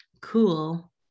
cool